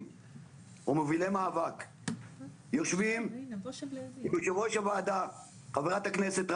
שמובילי מאבק יושבים עם יושבת-ראש הוועדה חברת הכנסת רייטן,